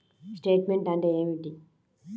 Statement అంటే ఏమిటి?